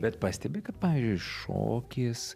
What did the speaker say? bet pastebi kad pavyzdžiui šokis